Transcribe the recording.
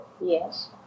Yes